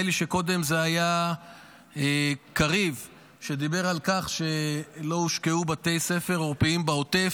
נדמה לי שקודם קריב דיבר על כך שלא הושקע בבתי ספר עורפיים בעוטף.